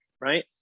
right